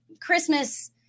christmas